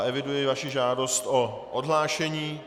Eviduji vaši žádost o odhlášení.